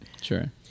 Sure